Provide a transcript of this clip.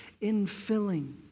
infilling